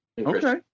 Okay